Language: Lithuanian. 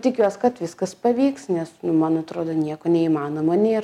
tikiuos kad viskas pavyks nes man atrodo nieko neįmanomo nėr